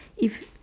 if